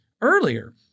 earlier